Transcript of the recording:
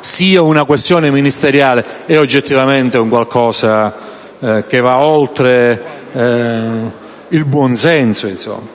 sia una questione ministeriale. Oggettivamente è un qualcosa che va oltre il buon senso. Ma